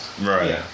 Right